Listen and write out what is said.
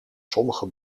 sommige